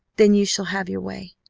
then you shall have your way.